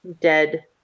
dead